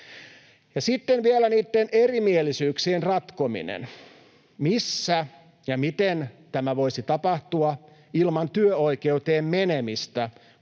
sitten vielä niitten erimielisyyksien ratkominen: missä ja miten tämä voisi tapahtua ilman työoikeuteen menemistä,